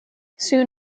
soon